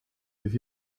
with